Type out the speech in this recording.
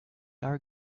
are